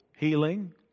Healing